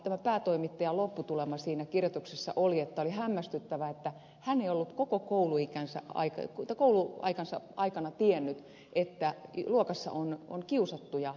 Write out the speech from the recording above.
tämän päätoimittajan lopputulema siinä kirjoituksessa oli että oli hämmästyttävää että hän ei ollut koko kouluaikanaan tiennyt että luokassa on kiusattuja kavereita